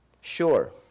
Sure